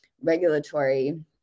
regulatory